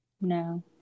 no